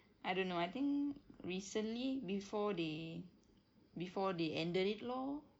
I don't know I think recently before they before they ended it lor